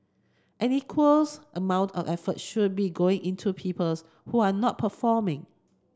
an equals amount of effort should be going into peoples who are not performing